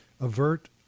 avert